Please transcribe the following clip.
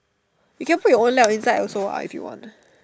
you can put your own 料 inside also ah if you want